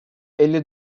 elli